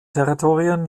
territorien